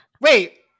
Wait